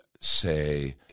say –